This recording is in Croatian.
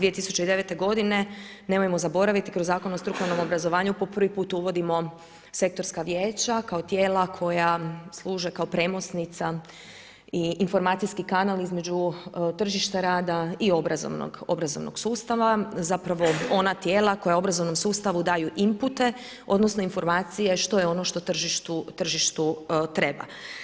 2009. godine nemojmo zaboraviti kroz Zakon o strukovnom obrazovanju po prvi put uvodimo sektorska vijeća kao tijela koja služe kao premosnica i informacijski kanal između tržišta rada i obrazovnog sustava, zapravo ona tijela koja obrazovnom sustavu daju impute odnosno informacije što je ono što tržištu treba.